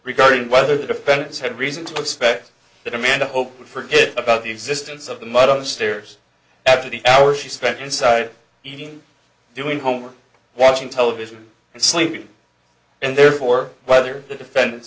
regarding whether the defendants had reason to suspect that amanda hoping for good about the existence of the mud on the stairs after the hour she spent inside eating doing homework watching television and sleeping and therefore whether the defen